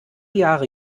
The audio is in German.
jahre